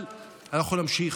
אני יכול להמשיך.